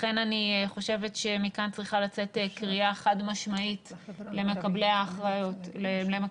לכן אני חושב שמכאן צריכה לצאת קריאה חד משמעית למקבלי ההחלטות,